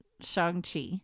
Shang-Chi